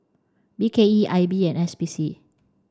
B K E I B and S P C